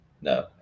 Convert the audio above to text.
No